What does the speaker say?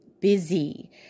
busy